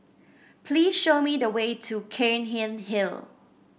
please show me the way to Cairnhill Hill